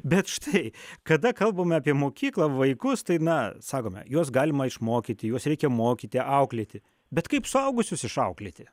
bet štai kada kalbame apie mokyklą vaikus tai na sakome juos galima išmokyti juos reikia mokyti auklėti bet kaip suaugusius išauklėti